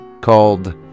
called